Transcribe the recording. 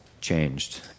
changed